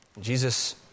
Jesus